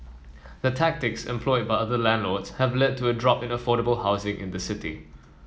the tactics employed by other landlords have led to a drop in affordable housing in the city